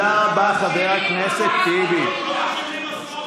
אתה מסית נגד העם הפלסטיני.